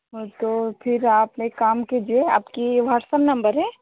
तो फिर आप एक काम कीजिए आपका ये व्हाट्अप नंबर है